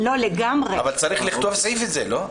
אבל צריך לכתוב סעיף על זה, לא?